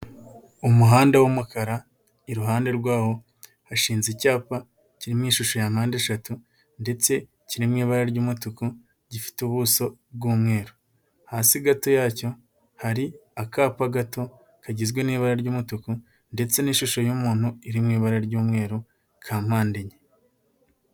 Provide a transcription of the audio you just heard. Umuhanda w'umukara iruhande rwawo hashinze icyapa kiri mu ishusho ya mpande eshatu ndetse kiri mu ibara ry'umutuku gifite ubuso bw'umweru, hasi gato yacyo hari akapa gato kagizwe n'ibara ry'umutuku ndetse n'ishusho y'umuntu iri mu ibara ry'umweru ka mpande enye.